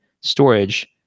storage